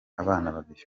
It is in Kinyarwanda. babiri